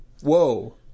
whoa